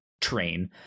train